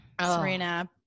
Serena –